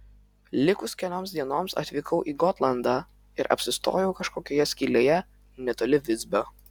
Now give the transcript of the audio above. likus kelioms dienoms atvykau į gotlandą ir apsistojau kažkokioje skylėje netoli visbio